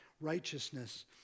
righteousness